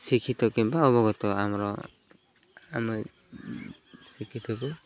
ଶିକ୍ଷିତ କିମ୍ବା ଅବଗତ ଆମର ଆମେ ଶିକ୍ଷିତକୁ